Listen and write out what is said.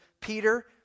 Peter